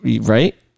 Right